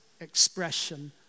expression